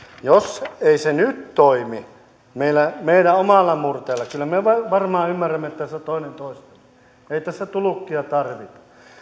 jos ei se nyt toimi meidän omalla murteella kyllä me me varmaan ymmärrämme tässä toinen toisiamme ei tässä tulkkia tarvita